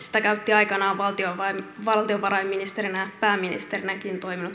sitä käytti aikanaan valtiovarainministerinä ja pääministerinäkin toiminut katainen